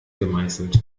gemeißelt